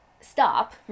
stop